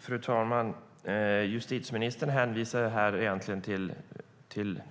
Fru talman! Justitieministern hänvisar här till